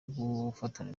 gufatira